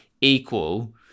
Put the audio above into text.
equal